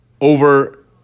over